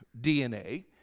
DNA